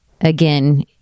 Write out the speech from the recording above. again